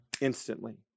instantly